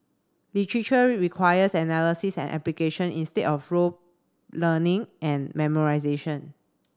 literature requires analysis and application instead of rote learning and memorisation